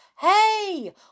Hey